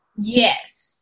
Yes